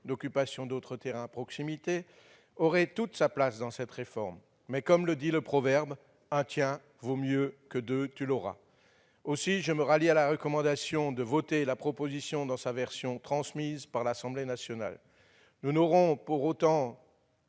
d'occupations d'autres terrains à proximité -aurait toute sa place dans cette réforme, mais, comme le dit le proverbe, « un tiens vaut mieux que deux tu l'auras ». Aussi, je me rallie à la recommandation de voter la proposition de loi dans sa version transmise par l'Assemblée nationale. Nous n'aurons pas pour autant